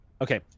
Okay